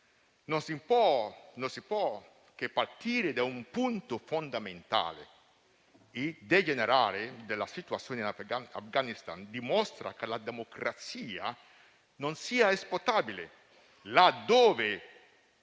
Non si può che partire da un punto fondamentale: il degenerare della situazione in Afghanistan dimostra che la democrazia non è esportabile, laddove